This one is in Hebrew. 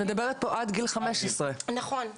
את מדברת פה עד גיל 15. נכון.